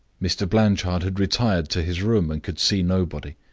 mr. blanchard had retired to his room, and could see nobody.